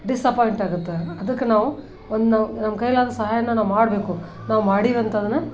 disappoint ಆಗುತ್ತೆ ಅದಕ್ಕೆ ನಾವು ಒಂದು ನಮ್ಮ ಕೈಯಲ್ಲಾದ ಸಹಾಯನ ನಾವು ಮಾಡಬೇಕು ನಾವು ಮಾಡೀವಂತಂದ್ರೆ ಅದನ್ನು